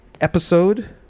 episode